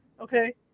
okay